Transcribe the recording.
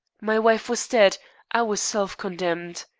my wife was dead i was self-condemned.